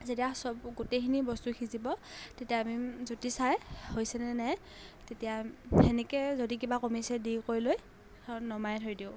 যেতিয়া চব গোটেইখিনি বস্তু সিজিব তেতিয়া আমি জুতি চাই হৈছে নে নাই তেতিয়া তেনেকৈ যদি কিবা কমিছে দি কৰি লৈ নমাই থৈ দিওঁ